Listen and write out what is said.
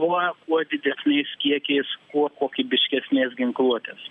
o kuo didesniais kiekiais kuo kokybiškesnės ginkluotės